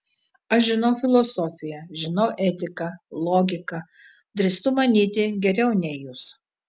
aš žinau filosofiją žinau etiką logiką drįstu manyti geriau nei jūs